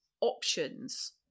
options